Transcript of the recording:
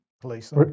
police